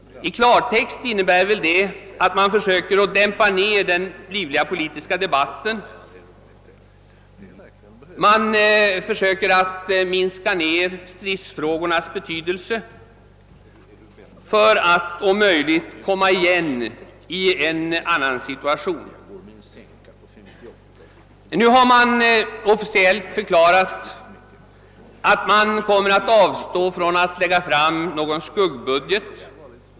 I klartext innebär väl detta att man försöker dämpa den livliga politiska debatten och förringa stridsfrågornas betydelse för att om möjligt komma igen i en annan situation. Man har nu officiellt förklarat att man kommer att avstå från att lägga fram någon skuggbudget.